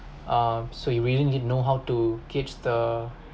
ah so you really didn't know how to get the